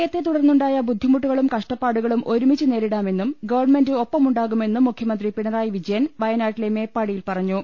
എല്ലാ ബുദ്ധിമുട്ടുകളും കഷ്ടപ്പാടുകളും ഒരുമിച്ച് നേരിടാ മെന്നും ഗവൺമെന്റ് ഒപ്പമുണ്ടാകുമെന്നും മുഖ്യമന്ത്രി പിണറായി വിജയൻ വയനാട്ടിലെ മേപ്പാടിയിൽ പറഞ്ഞു